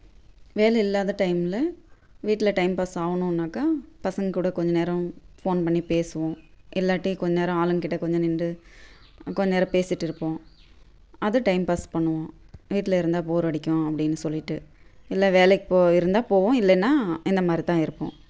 வேலை இல்லாத டைம்மில் வீட்டில் டைம் பாஸ் ஆகணுன்னாக்க பசங்கக்கூட கொஞ்ச நேரம் ஃபோன் பண்ணி பேசுவோம் இல்லாட்டி கொஞ்ச நேரம் ஆளுங்கள்கிட்ட கொஞ்சம் நிண்டு கொஞ்ச நேரம் பேசிகிட்டு இருப்போம் அது டைம் பாஸ் பண்ணுவோம் வீட்டில் இருந்தால் போர் அடிக்கும் அப்படின்னு சொல்லிவிட்டு இல்லை வேலைக்கு போய் இருந்தால் போவோம் இல்லைன்னா இந்த மாதிரி தான் இருப்போம்